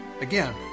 Again